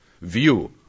view